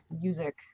music